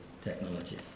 technologies